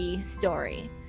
story